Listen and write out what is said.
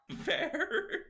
Fair